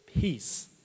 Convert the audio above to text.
peace